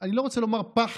אני לא רוצה לומר פחד,